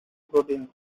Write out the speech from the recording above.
proteins